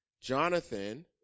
Jonathan